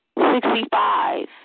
sixty-five